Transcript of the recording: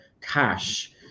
cash